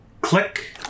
click